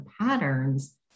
patterns